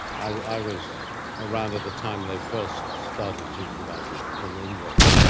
i was around at the time they first started talking about it in england,